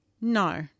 No